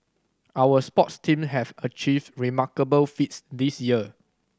our sports teams have achieved remarkable feats this year